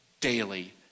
daily